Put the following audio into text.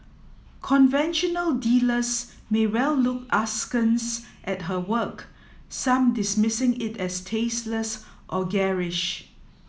conventional dealers may well look askance at her work some dismissing it as tasteless or garish